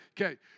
okay